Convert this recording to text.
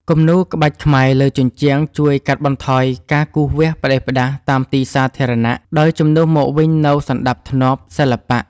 គំនូរក្បាច់ខ្មែរលើជញ្ជាំងជួយកាត់បន្ថយការគូរវាសផ្ដេសផ្ដាស់តាមទីសាធារណៈ ដោយជំនួសមកវិញនូវសណ្ដាប់ធ្នាប់សិល្បៈ។